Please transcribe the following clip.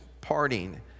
parting